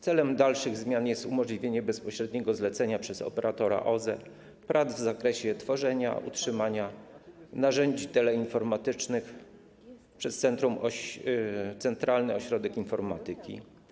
Celem dalszych zmian jest umożliwienie bezpośredniego zlecenia przez operatora OSE prac w zakresie tworzenia i utrzymywania narzędzi teleinformatycznych przez Centralny Ośrodek Informatyki.